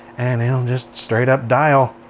and it'll just straight up dial